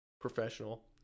professional